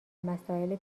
مسائل